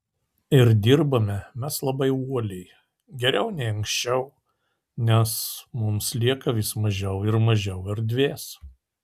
ir dirbame mes labai uoliai geriau nei anksčiau nes mums lieka vis mažiau ir mažiau erdvės